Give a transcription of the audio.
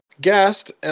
guest